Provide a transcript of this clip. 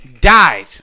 died